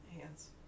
hands